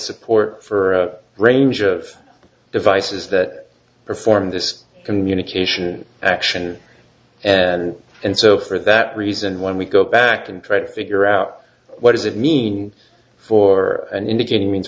support for a range of devices that perform this communication action and and so for that reason when we go back and try to figure out what does it mean for an indicating means